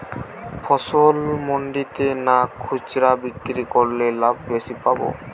ফসল মন্ডিতে না খুচরা বিক্রি করলে লাভ বেশি পাব?